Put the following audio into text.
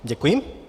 Děkuji.